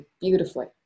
beautifully